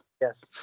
Yes